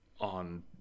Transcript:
on